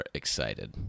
excited